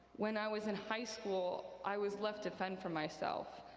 when i was in high school i was left to fend for myself,